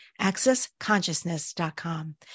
accessconsciousness.com